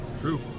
true